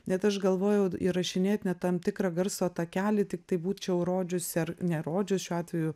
net aš galvojau įrašinėt net tam tikrą garso takelį tiktai būčiau rodžiusi ar nerodžius šiuo atveju